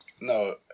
No